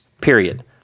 period